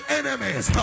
enemies